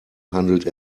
handelt